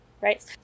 right